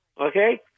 Okay